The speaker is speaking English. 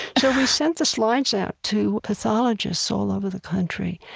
so we sent the slides out to pathologists all over the country,